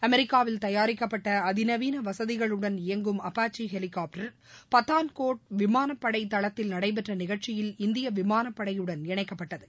அமெரிக்காவில் தயாரிக்கப்பட்ட அதிநவீன வசதிகளுடன் இயங்கும் அப்பாச்சி ஹெலிகாப்டர் பதான்கோட் விமானப்படை தளத்தில் நடைபெற்ற விமானப்படையுடன் நிகழ்ச்சியில் இந்திய இணைக்கப்பட்டது